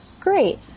Great